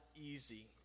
easy